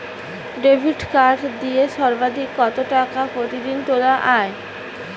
Debit card দিয়ে সর্বাধিক কত টাকা প্রতিদিন তোলা য়ায়?